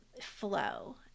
flow